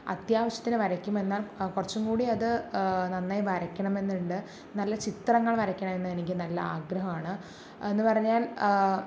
അത്യാവശ്യത്തിനു വരയ്ക്കും എന്നാൽ കുറച്ചും കൂടി അത് നന്നായി വരയ്ക്കണമെന്നുണ്ട് നല്ല ചിത്രങ്ങൾ വരയ്ക്കണമെന്ന് എനിക്ക് നല്ല ആഗ്രഹമാണ് എന്നുപറഞ്ഞാൽ